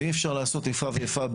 אי-אפשר לעשות אֵיפָה וְאֵיפָה,